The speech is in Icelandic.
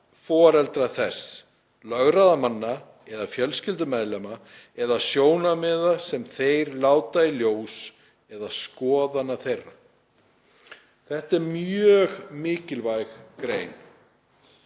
Þetta er mjög mikilvæg grein,